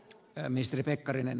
enemmistö pekkarinen